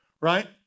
right